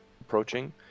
approaching